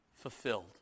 fulfilled